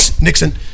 Nixon